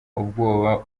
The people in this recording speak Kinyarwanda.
ubwoba